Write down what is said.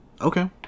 Okay